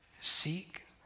Seek